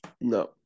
No